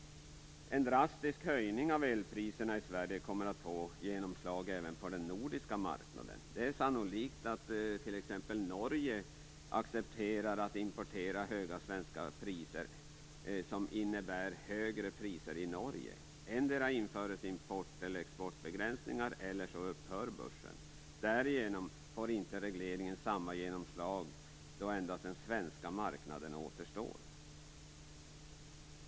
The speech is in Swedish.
En drastisk höjning av elpriserna i Sverige kommer att få genomslag även på den nordiska marknaden. Det är osannolikt att t.ex. Norge accepterar att importera till höga svenska priser som innebär högre priser i Norge. Endera införs export eller importbegränsningar eller så upphör börsen. Därigenom får inte regleringen samma genomslag då endast den svenska marknaden återstår.